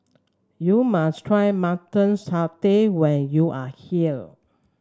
you must try Mutton Satay when you are here